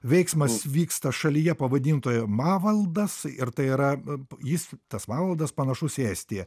veiksmas vyksta šalyje pavadintoje mavaldas ir tai yra jis tas mavaldas panašus į estiją